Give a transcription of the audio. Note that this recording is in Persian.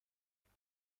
یادم